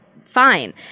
fine